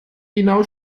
genau